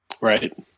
right